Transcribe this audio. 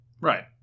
Right